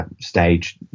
stage